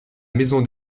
maison